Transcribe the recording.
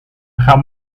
gaan